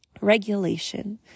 regulation